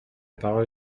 parole